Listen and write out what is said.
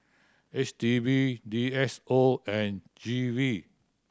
H D B D S O and G V